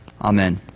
Amen